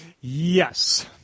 Yes